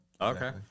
Okay